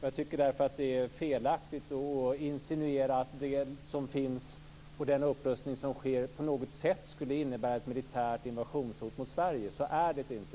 Jag tycker därför att det är felaktigt att insinuera att den upprustning som sker på något sätt skulle innebära ett militärt invasionshot mot Sverige. Så är det inte!